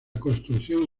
construcción